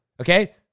Okay